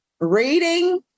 reading